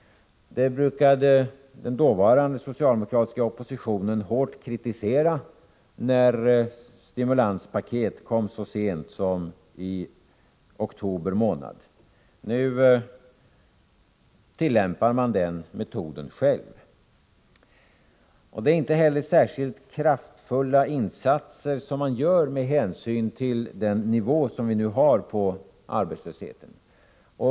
Den dåvarande socialdemokratiska oppositionen brukade hårt kritisera när stimulanspaket kom så sent som i oktober månad. Nu tillämpar socialdemokraterna själva den metoden. Det är inte heller särskilt kraftfulla insatser som regeringen gör, med hänsyn till arbetslöshetsnivån.